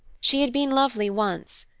she had been lovely once,